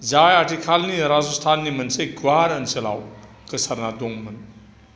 जाय आथिखालनि राजस्थाननि मोनसे गुवार ओनसोलाव गोसारना दंमोन